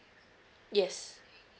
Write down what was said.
yes